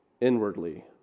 inwardly